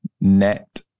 net